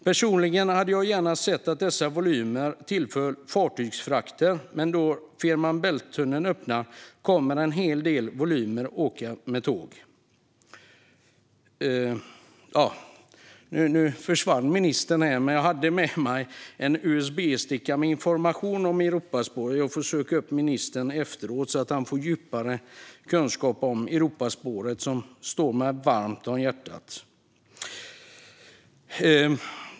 Personligen hade jag gärna sett att dessa volymer tillföll fartygsfrakter, men när Fehmarn Bält-tunneln öppnar kommer en hel del volymer att åka med tåg. Jag har med mig en usb-sticka med information om Europaspåret. Nu försvann ministern, men jag får söka upp honom efteråt så att han får djupare kunskap om Europaspåret, som ligger mig varmt om hjärtat.